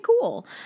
cool